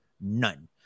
none